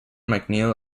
macneil